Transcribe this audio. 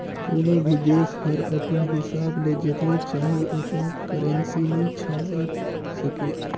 कोनो भी देस हर अपन हिसाब ले जेतना चाही ओतना करेंसी नी छाएप सके